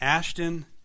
Ashton